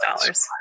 dollars